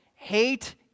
Hate